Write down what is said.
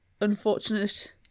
unfortunate